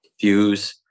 views